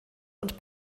und